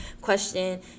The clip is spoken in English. question